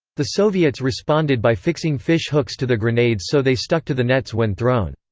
the soviets responded by fixing fish hooks to the grenades so they stuck to the nets when thrown.